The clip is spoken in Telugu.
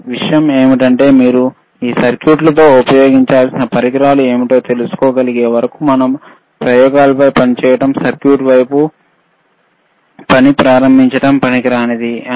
కానీ విషయం ఏమిటంటే మీరు ఈ సర్క్యూట్తో ఉపయోగించాల్సిన పరికరాలు ఏమిటో తెలుసుకోగలిగే వరకు మనం ప్రయోగాలపై పనిచేయడం లేదా సర్క్యూట్ వైపు పని ప్రారంభించడం వ్యర్థం